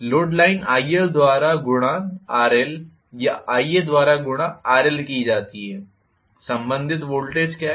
load line ILद्वारा गुणा RL या Iaद्वारा गुणा RL की जाती है संबंधित वोल्टेज क्या है